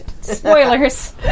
Spoilers